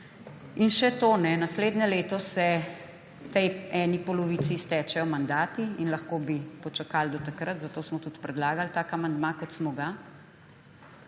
In še to. Naslednje leto se tej eni polovici iztečejo mandati in lahko bi počakali do takrat, zato smo tudi predlagali tak amandma, kot smo ga.